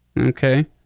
Okay